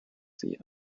sie